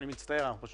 אני מצטער אנחנו פשוט